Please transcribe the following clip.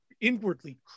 inwardly